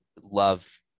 love